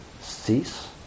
cease